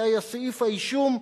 זה היה סעיף האישום,